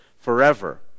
forever